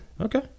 Okay